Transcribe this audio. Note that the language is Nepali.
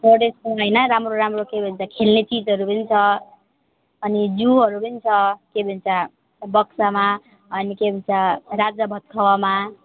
फोरेस्टको होइन राम्रो राम्रो के भन्छ खेल्ने चिजहरू पनि छ अनि जूहरू पनि छ के भन्छ बक्सामा अनि के भन्छ राजा भातखावामा